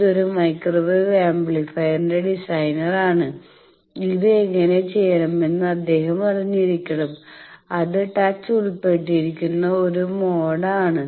ഇതൊരു മൈക്രോവേവ് ആംപ്ലിഫയറിന്റെ ഡിസൈനറാണ് ഇത് എങ്ങനെ ചെയ്യണമെന്ന് അദ്ദേഹം അറിഞ്ഞിരിക്കണം അത് ടച്ച് ഉൾപ്പെട്ടിരിക്കുന്ന ഒരു മോഡാണ്